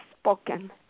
spoken